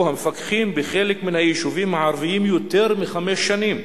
המפקחים בחלק מן היישובים הערביים יותר מחמש שנים.